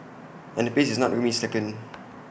and the pace is not going slacken